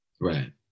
right